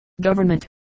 Government